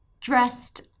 dressed